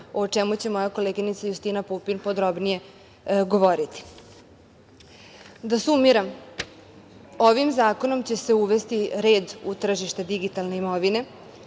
o čemu će moja koleginica Justina Pupin podrobnije govoriti. Da sumiram. Ovim zakonom će se uvesti red u tržište digitalne imovine,